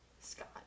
Scott